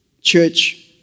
Church